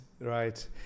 right